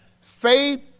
Faith